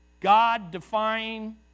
God-defying